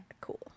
cool